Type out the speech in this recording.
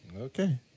Okay